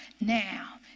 Now